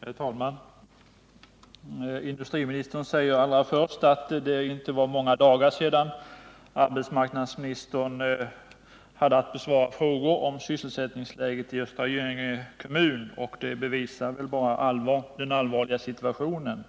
Herr talman! Industriministern sade allra först att det inte var många dagar sedan arbetsmarknadsministern hade att besvara frågor om sysselsättningsläget i Östra Göinge kommun. Det visar bara hur allvarlig situationen